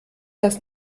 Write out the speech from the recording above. das